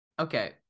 Okay